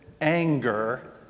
anger